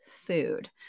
food